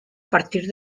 partir